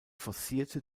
forcierte